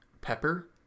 pepper